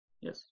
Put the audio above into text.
Yes